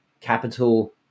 capital